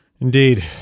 Indeed